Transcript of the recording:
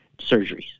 surgeries